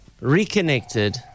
reconnected